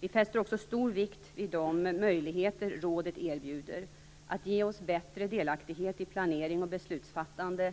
Vi fäster också stor vikt vid de möjligheter rådet erbjuder att ge oss bättre delaktighet i planering och beslutsfattande